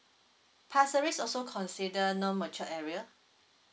pasir ris also consider non matured area